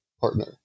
partner